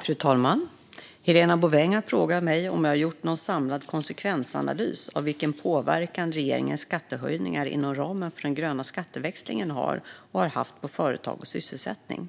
Fru talman! Helena Bouveng har frågat mig om jag har gjort någon samlad konsekvensanalys av vilken påverkan regeringens skattehöjningar inom ramen för den gröna skatteväxlingen har och har haft på företag och sysselsättning.